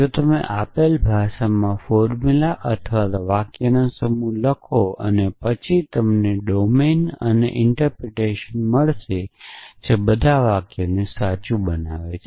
જો તમે આપેલ ભાષામાં ફોર્મુલા અથવા વાક્યોનો સમૂહ લખો અને પછી તમને ડોમેન અને અર્થઘટન મળશે જે તે બધા વાક્યોને સાચું બનાવે છે